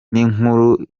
n’inkuru